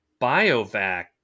biovac